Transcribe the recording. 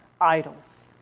idols